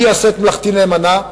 אני אעשה את מלאכתי נאמנה,